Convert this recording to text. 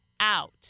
out